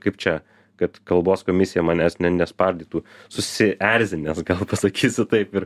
kaip čia kad kalbos komisija manęs ne nespardytų susierzinęs gal pasakysiu taip ir